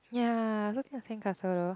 ya also think of sandcastle though